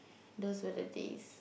those were the days